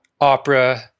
opera